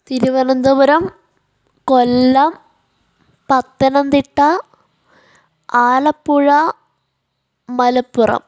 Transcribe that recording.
Thiruvananthapuram Kollam Pathanamthitta Alappuzha Malappuram